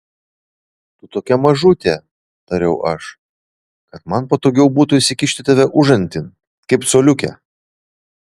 tu tokia mažutė tariau aš kad man patogiau būtų įsikišti tave užantin kaip coliukę